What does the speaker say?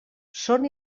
són